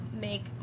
make